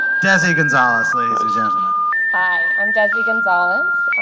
desi gonzalez, ladies and gentlemen hi, i'm desi gonzalez.